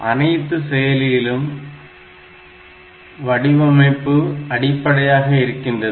அனைத்து செயலியிலும் வடிவமைப்பு அடிப்படையாக இருக்கின்றது